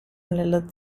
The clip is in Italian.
nella